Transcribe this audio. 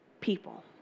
people